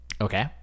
Okay